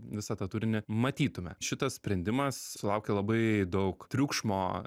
visą tą turinį matytume šitas sprendimas sulaukė labai daug triukšmo